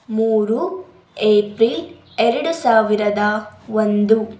ಮೂರು ಏಪ್ರಿಲ್ ಎರಡು ಸಾವಿರದ ಒಂದು